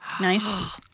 Nice